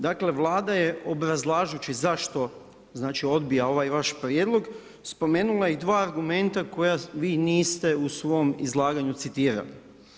Dakle, Vlada je obrazlažući zašto odbija ovaj vaš prijedlog spomenula i dva argumenta koja vi niste u svom izlaganju citirali.